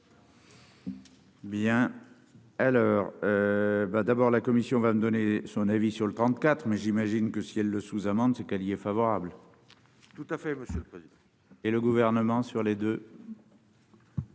ben d'abord, la Commission va me donner son avis sur le 34 mais j'imagine que si elle le sous-amende, ce qu'elle y est favorable. Tout à fait, monsieur le président. Et le gouvernement sur les 2.